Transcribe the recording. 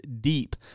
deep